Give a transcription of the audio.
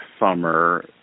summer